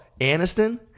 Aniston